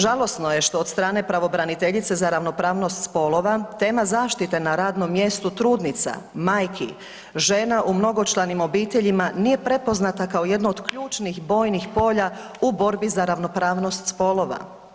Žalosno je što od strane pravobraniteljice za ravnopravnost spolova tema zaštite na radnom mjestu trudnica, majki, žene u mnogočlanim obiteljima nije prepoznata kao jedno od ključnih bojnih polja u borbi za ravnopravnost spolova.